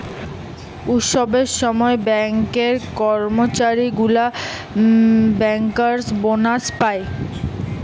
উৎসবের সময় ব্যাঙ্কের কর্মচারী গুলা বেঙ্কার্স বোনাস পায়